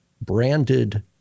branded